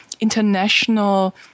international